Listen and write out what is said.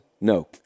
No